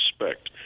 respect